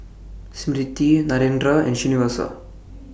Smriti Narendra and Srinivasa